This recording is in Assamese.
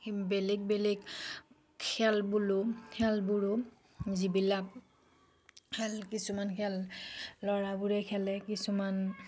বেলেগ বেলেগ খেলবোলো খেলবোৰো যিবিলাক খেল কিছুমান খেল ল'ৰাবোৰে খেলে কিছুমান